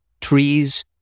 Trees